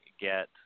get